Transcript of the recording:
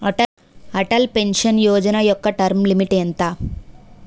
Atal pension Yojana యెక్క term limit ఎంత?